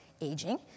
aging